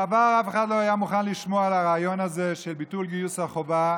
בעבר אף אחד לא היה מוכן לשמוע על הרעיון הזה של ביטול גיוס החובה,